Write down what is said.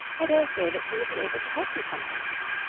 i dare say that she will be able to help you sometimes.